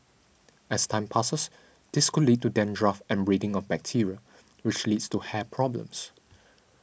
as time passes this could lead to dandruff and breeding of bacteria which leads to hair problems